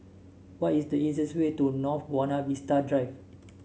what is the easiest way to North Buona Vista Drive